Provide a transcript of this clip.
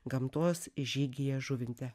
gamtos žygyje žuvinte